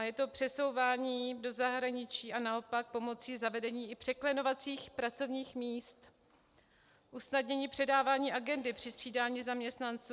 Je to přesouvání do zahraničí a naopak pomocí zavedení i překlenovacích pracovních míst usnadnění předávání agendy při střídání zaměstnanců.